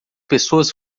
pessoas